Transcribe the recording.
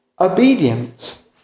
obedience